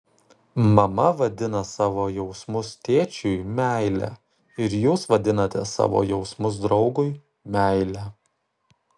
mama vadina savo jausmus tėčiui meile ir jūs vadinate savo jausmus draugui meile